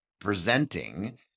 presenting